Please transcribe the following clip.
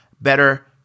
better